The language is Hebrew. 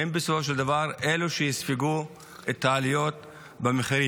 הם בסופו של דבר אלו שיספגו את עליות המחירים.